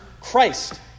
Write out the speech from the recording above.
Christ